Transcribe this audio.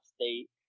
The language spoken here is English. State